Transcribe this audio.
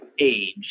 age